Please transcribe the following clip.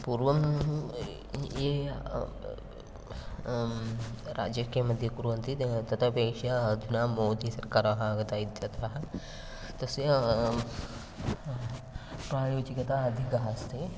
पूर्वं ये राज्यकीयमध्ये कुर्वन्ति तत् अपेक्षया अधुना मोदी सर्काराः आगताः इत्यतः तस्य प्रायोजिकता अधिका अस्ति